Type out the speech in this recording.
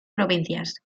provincias